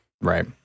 Right